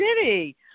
city